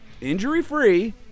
injury-free